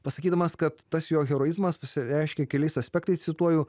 pasakydamas kad tas jo heroizmas pasireiškė keliais aspektais cituoju